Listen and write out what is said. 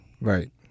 Right